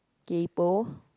kaypo